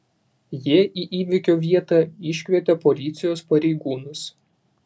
jie į įvykio vietą iškvietė policijos pareigūnus